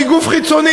היא גוף חיצוני.